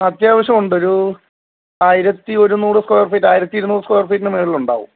അത്യാവശ്യമുണ്ട് ഒരു ആയിരത്തി ഒരുനൂറ് സ്ക്വയര് ഫീറ്റ് ആയിരത്തി ഇരുന്നൂറു സ്ക്വയര് ഫീറ്റിന് മുകളിലുണ്ടാകും